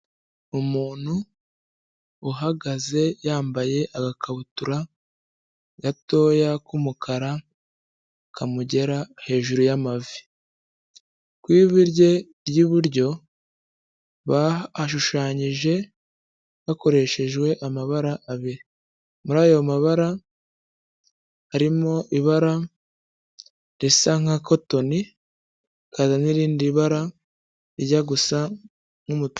Umuntu uhagaze yambaye agakabutura gatoya k'umukara kamugera hejuru y'amavi, ku ivi rye ry'iburyo bahashushanyije bakoreshejwe amabara abiri, muri ayo mabara harimo ibara risa nka kotoni n'irindi bara rijya gusa n'umutuku.